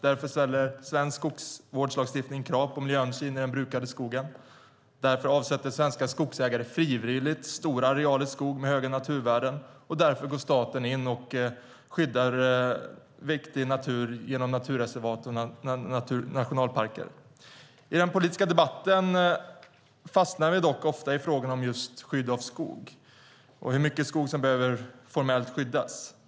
Därför ställer svensk skogsvårdslagstiftning krav på miljöhänsyn i den brukade skogen. Därför avsätter svenska skogsägare frivilligt stora arealer skog med höga naturvärden. Och därför går staten in och skyddar viktig natur genom naturreservat och nationalparker. I den politiska debatten fastnar vi dock ofta i frågan om just skydd av skog och hur mycket skog som formellt behöver skyddas.